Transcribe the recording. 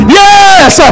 yes